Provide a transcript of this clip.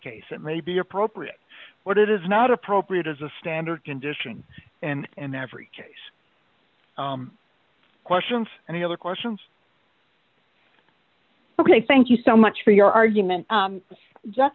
case it may be appropriate but it is not appropriate as a standard condition and in every case questions and the other questions ok thank you so much for your argument